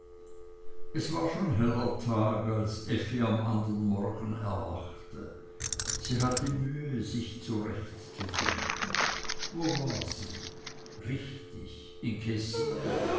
es war schon heller tag als effi am andern morgen erwachte sie hatte mühe sich zurechtzufinden wo war sie richtig